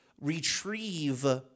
retrieve